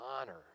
Honor